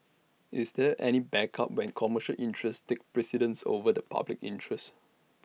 is there any backup when commercial interests take precedence over the public interest